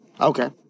okay